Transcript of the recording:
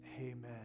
Amen